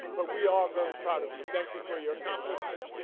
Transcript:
but we are very proud of you. thank you for your accomplishments,